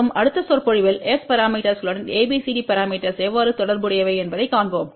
மற்றும் அடுத்த சொற்பொழிவில் S பரமீட்டர்ஸ்ளுடன் ABCD பரமீட்டர்ஸ் எவ்வாறு தொடர்புடையவை என்பதைக் காண்போம்